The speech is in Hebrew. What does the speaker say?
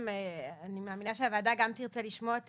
אני מאמינה שגם הוועדה תרצה לשמוע את